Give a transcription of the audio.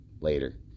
later